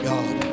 God